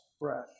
breath